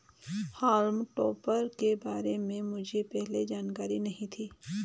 हॉल्म टॉपर के बारे में मुझे पहले जानकारी नहीं थी